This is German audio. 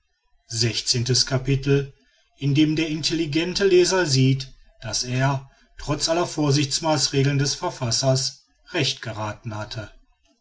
sechzehntes capitel in dem der intelligente leser sieht daß er trotz aller vorsichtsmaßregeln des verfassers recht gerathen hatte